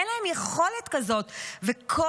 אין להם יכולת כזאת, וכל